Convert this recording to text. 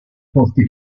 porte